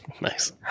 Nice